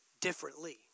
differently